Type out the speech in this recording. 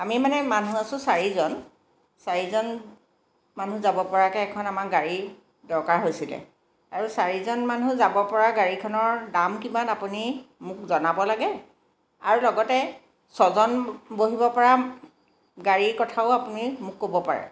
আমি মানে মানুহ আছোঁ চাৰিজন চাৰিজন মানুহ যাব পৰাকৈ এখন আমাৰ গাড়ী দৰকাৰ হৈছিলে আৰু চাৰিজন মানুহ যাব পৰা গাড়ীখনৰ দাম কিমান আপুনি মোক জনাব লাগে আৰু লগতে ছজন বহিব পৰা গাড়ীৰ কথাও আপুনি মোক ক'ব পাৰে